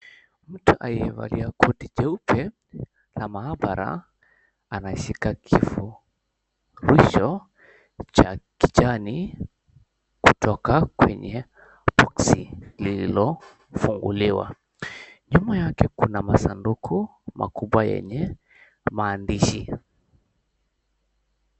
Mtu aliyevalia koti jeupe na maabara, anaishika kifurushi cha kijani kutoka kwenye boksi lililofunguliwa. Nyuma yake kuna masanduku makubwa yenye maandishi.